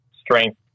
strength